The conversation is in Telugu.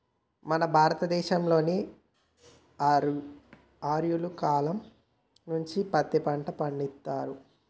మన భారత దేశంలో ఆర్యుల కాలం నుంచే పత్తి పంట పండిత్తుర్రు